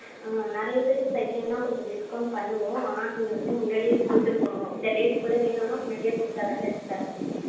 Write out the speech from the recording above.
நிறையப் பேருக்குத் தைக்கணுனா கொஞ்சம் டிஸ்கவுண்ட் பண்ணுவோம் ஆனால் நீங்கள் வந்து முன்னாடியே கொடுத்துருக்கணும் இந்த டேட்டுகுள்ள வேணும்னா முன்னாடியே கொடுத்தாதான் தைச்சித் தர முடியும்